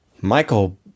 Michael